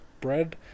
Bread